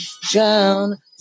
drown